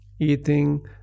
eating